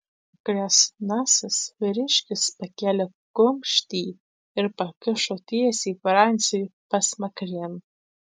kresnasis vyriškis pakėlė kumštį ir pakišo tiesiai franciui pasmakrėn